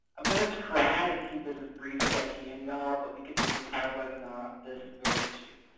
i'm going to try and keep this as brief as i can, y'all, but we could do an entire webinar on this very issue.